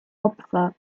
opfer